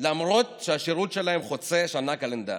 למרות שהשירות שלהם חוצה שנה קלנדרית.